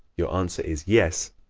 your answer is yes,